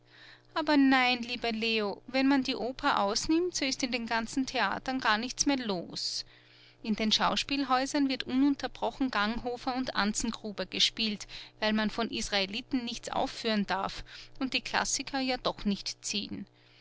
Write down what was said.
ach nein lieber leo wenn man die oper ausnimmt so ist in den theatern gar nichts mehr los in den schauspielhäusern wird ununterbrochen ganghofer und anzengruber gespielt weil man von israeliten nichts aufführen darf und die klassiker ja doch nicht ziehen